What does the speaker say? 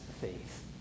faith